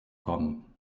kommen